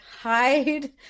hide